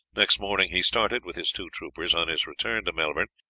next morning he started with his two troopers on his return to melbourne,